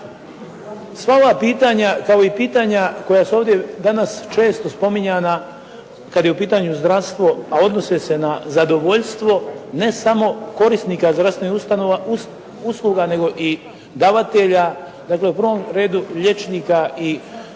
Sva ova pitanja kao i pitanja koja su ovdje danas često spominjana kad je u pitanju zdravstvo, a odnose se na zadovoljstvo ne samo korisnika zdravstvenih usluga nego i davatelja, dakle u prvom redu liječnika i medicinskog